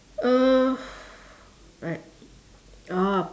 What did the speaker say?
uh I oh